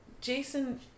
Jason